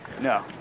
No